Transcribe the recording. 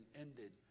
ended